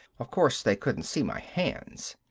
of course they couldn't see my hands.